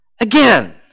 again